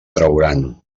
trauran